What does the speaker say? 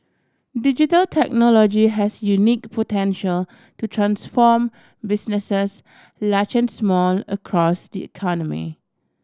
digital technology has unique potential to transform businesses large and small across the economy